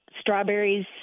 strawberries